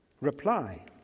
Reply